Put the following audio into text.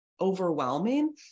Overwhelming